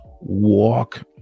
walk